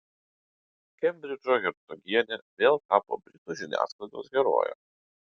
kembridžo hercogienė vėl tapo britų žiniasklaidos heroje